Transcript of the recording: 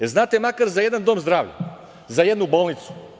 E, znate makar za jedan dom zdravlja, za jednu bolnicu.